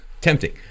Tempting